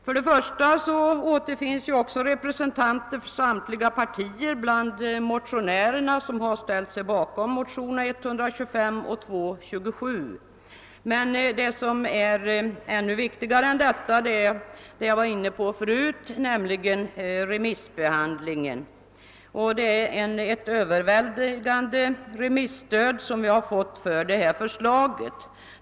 Först och främst är att märka att representanter för samtliga partier återfinns bland motionärerna bakom motionerna I:25 och II: 27. Ännu viktigare än detta är emellertid vad jag nyss var inne på, nämligen remissbehandlingen. Det är ett överväldigande remisstöd vi har fått för vårt förslag.